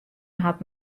hat